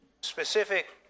specific